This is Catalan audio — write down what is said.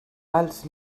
els